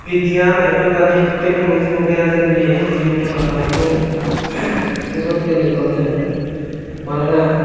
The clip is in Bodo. बिगियान एबा दानि टेकनलजि मुगाया जोंनि जिउ थांना थानायखौ जोबोद गोरलै खालामदों मानोना